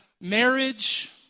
marriage